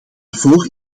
daarvoor